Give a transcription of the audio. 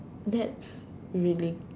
that's really